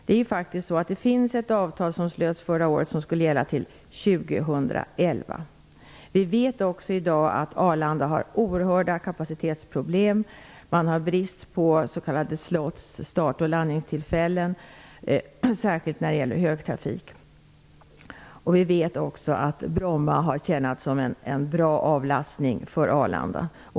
Det finns faktiskt ett avtal som slöts förra året och som skulle gälla till år 2011. Vi vet i dag också att Arlanda har oerhörda kapacitetsproblem. Man har där brist på s.k. slots, dvs. startoch landningstillfällen, särskilt när det gäller högtrafik. Bromma har vidare tjänat som en bra avlastning för Arlanda.